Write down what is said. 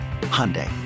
Hyundai